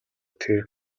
тэр